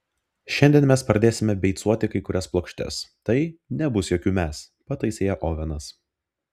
šiandien mes pradėsime beicuoti kai kurias plokštes tai nebus jokių mes pataisė ją ovenas